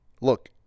Look